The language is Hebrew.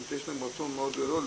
יש להם רצון מאוד גדול,